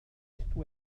isto